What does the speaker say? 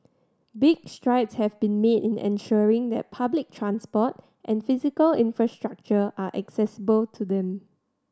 big strides have been made in ensuring that public transport and physical infrastructure are accessible to them